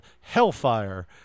Hellfire